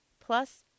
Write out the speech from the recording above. Plus